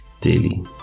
Daily